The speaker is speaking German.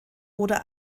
oder